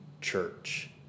church